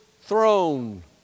throne